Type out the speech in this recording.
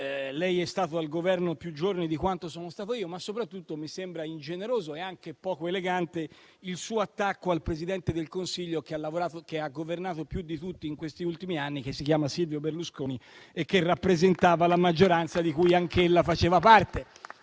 Lei è stato al Governo più giorni di quanto ci sia stato io, ma soprattutto mi sembra ingeneroso e anche poco elegante il suo attacco al Presidente del Consiglio che ha governato più di tutti in questi ultimi anni, ossia Silvio Berlusconi, che rappresentava la maggioranza di cui anch'ella faceva parte.